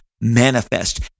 manifest